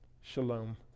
Shalom